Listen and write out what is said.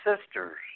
sisters